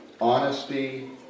honesty